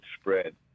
spread